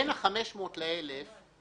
בין 500 ל-1,000